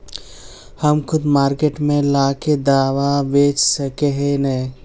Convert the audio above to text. हम खुद मार्केट में ला के दाना बेच सके है नय?